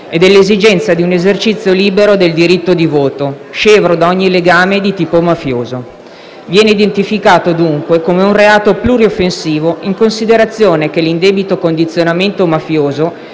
e dell'esigenza di un esercizio libero del diritto di voto, scevro da ogni legame di tipo mafioso. Viene identificato, dunque, come un reato plurioffensivo, in considerazione che l'indebito condizionamento mafioso